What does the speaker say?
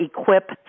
equip